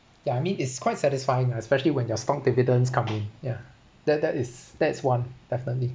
ya I mean it's quite satisfying lah especially when your stock dividends come in yeah that that is that's one definitely